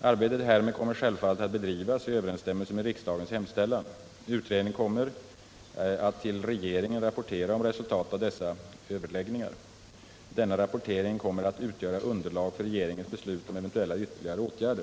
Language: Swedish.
Arbetet härmed kommer självfallet att bedrivas i överensstämmelse med riksdagens hemställan. Utredaren kommer att till regeringen rapportera om resultatet av dessa överläggningar. Denna rapportering kommer att utgöra underlag för regeringens beslut om eventuella ytterligare åtgärder.